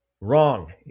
wrong